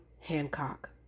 Hancock